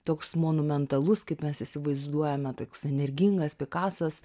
toks monumentalus kaip mes įsivaizduojame toks energingas pikasas